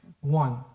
one